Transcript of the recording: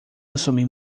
assumir